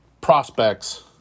prospects